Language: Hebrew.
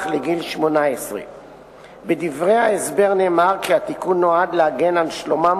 לגיל 18. בדברי ההסבר נאמר כי התיקון נועד להגן על שלומם